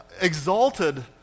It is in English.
exalted